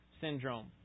syndrome